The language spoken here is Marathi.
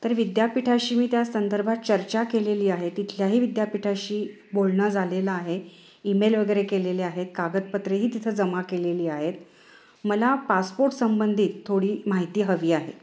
तर विद्यापीठाशी मी त्या संदर्भात चर्चा केलेली आहे तिथल्याही विद्यापीठाशी बोलणं झालेला आहे ईमेल वगैरे केलेले आहेत कागदपत्रेही तिथं जमा केलेली आहेत मला पासपोर्ट संबंधित थोडी माहिती हवी आहे